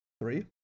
three